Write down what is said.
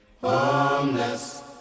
Homeless